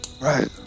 Right